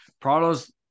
Prado's